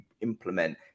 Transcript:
implement